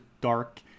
dark